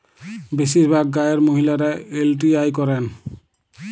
বেশিরভাগ গাঁয়ের মহিলারা এল.টি.আই করেন